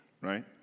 right